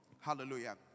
Hallelujah